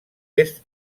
est